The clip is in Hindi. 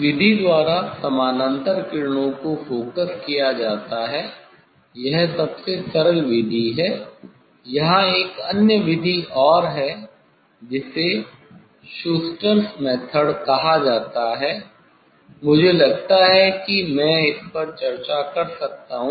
इस विधि द्वारा समानांतर किरणों को फोकस किया जाता है यह सबसे सरल विधि है यहाँ एक अन्य विधि और है जिसे शूस्टरस मेथड Schuster's method कहा जाता है मुझे लगता है कि मैं इस पर चर्चा कर सकता हूं